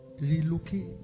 relocate